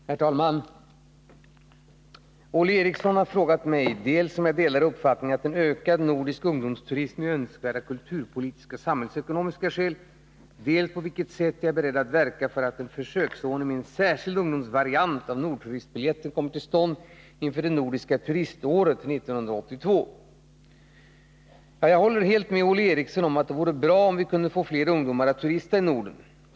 Herr talman! Olle Eriksson har frågat mig dels om jag delar uppfattningen att en ökad nordisk ungdomsturism är önskvärd av kulturpolitiska och samhällsekonomiska skäl, dels på vilket sätt jag är beredd att verka för att en försöksordning med en särskild ungdomsvariant av Nordturistbiljetten kommer till stånd inför det nordiska turiståret 1982. Jag håller helt med Olle Eriksson om att det vore bra om vi kunde få fler ungdomar att turista i Norden.